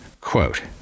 Quote